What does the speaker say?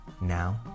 Now